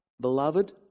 beloved